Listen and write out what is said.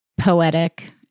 poetic